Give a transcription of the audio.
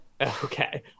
Okay